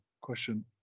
question